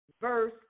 verse